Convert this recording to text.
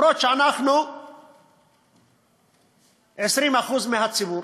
אפילו שאנחנו 20% מהציבור.